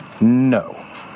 No